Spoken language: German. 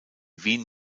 wien